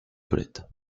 toilettes